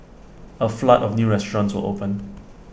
A flood of new restaurants open